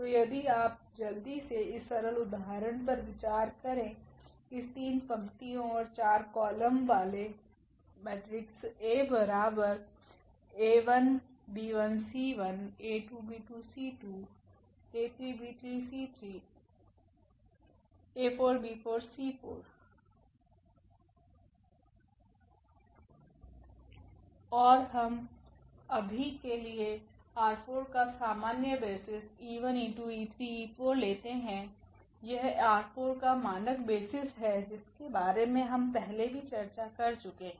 तो यदि आप जल्दी से इस सरल उदाहरण पर विचार करेइस3 पंक्तियों और 4 कॉलम वाले और हम अभी के लिए ℝ4 का सामान्य बेसिस 𝑒1𝑒2𝑒3𝑒4लेते है यह ℝ4का मानक बेसिस हैं जिसके बारे मे हम पहले भी चर्चा कर चुके हैं